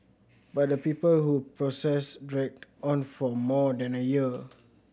but the people who process dragged on for more than a year